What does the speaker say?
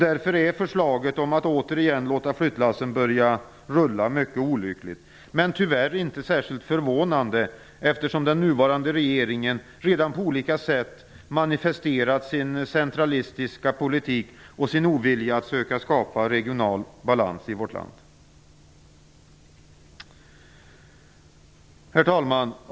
Därför är förslaget om att återigen låta flyttlassen börja rulla mycket olyckligt, men tyvärr är det inte särskilt förvånande eftersom den nuvarande regeringen redan på olika sätt har manifesterat sin centralistiska politik och sin ovilja att söka skapa regional balans i vårt land. Herr talman!